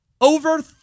over